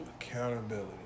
Accountability